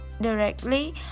Directly